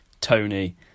Tony